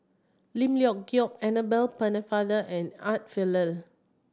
Lim Leong Geok Annabel Pennefather and Art Fazil